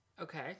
Okay